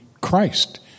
Christ